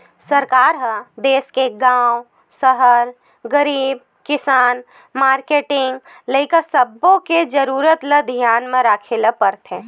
सरकार ह देस के गाँव, सहर, गरीब, किसान, मारकेटिंग, लइका सब्बो के जरूरत ल धियान म राखे ल परथे